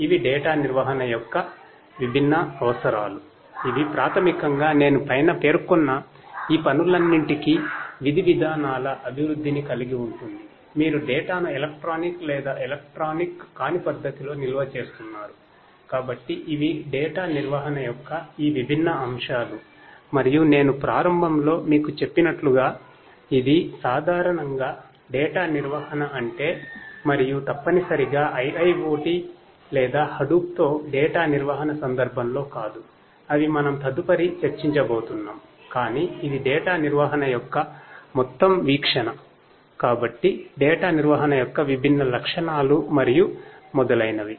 ఇది ప్రాథమికంగా నేను పైన పేర్కొన్న ఈ పనులన్నింటికీ విధి విధానాల అభివృద్ధిని కలిగి ఉంటుంది మీరు డేటా నిర్వహణ యొక్క విభిన్న లక్షణాలు మరియు మొదలైనవి